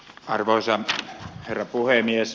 arvoisa herra puhemies